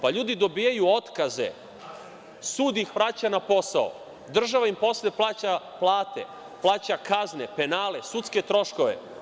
Pa, ljudi dobijaju otkaze, sud ih vraća na posao, država im posle plaća plate, plaća kazne, penale, sudske troškove.